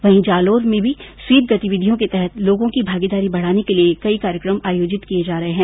वहीं जालोर में भी स्वीप गतिविधियों के तहत लोगों की भागीदारी बढाने के लिये कई कार्यक्रम किये जा रहे है